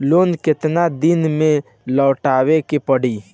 Loan केतना दिन में लौटावे के पड़ी?